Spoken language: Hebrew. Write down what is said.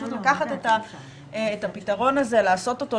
פשוט לקחת את הפתרון הזה לעשות אותו,